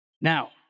Now